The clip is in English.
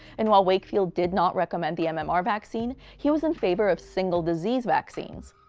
and while wakefield did not recommend the um and mmr vaccine, he was in favor of single disease vaccines.